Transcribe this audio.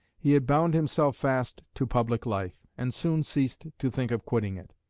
he had bound himself fast to public life, and soon ceased to think of quitting it.